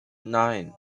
nein